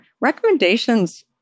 Recommendations